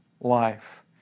life